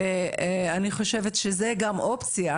ואני חושבת שזה גם אופציה.